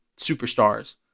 superstars